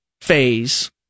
phase